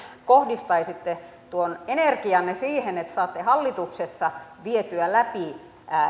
kohdistaisitte tuon energianne siihen että saatte hallituksessa vietyä läpi